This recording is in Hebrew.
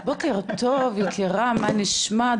בוקר טוב, יקירה, מה נשמע?